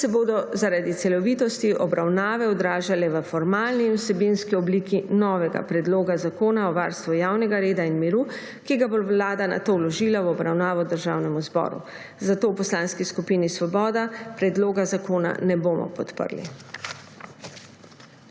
ki se bodo zaradi celovitosti obravnave odražale v formalni in vsebinski obliki novega predloga zakona o varstvu javnega reda in miru, ki ga bo Vlada nato vložila v obravnavo v Državnem zboru. Zato v Poslanski skupini Svoboda predloga zakona ne bomo podprli.